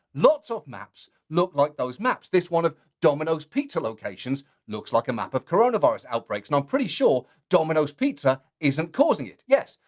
lots of maps look like those maps. this one of domino's pizza locations looks like a map of coronavirus outbreaks, and i'm pretty sure domino's pizza isn't causing it. yes,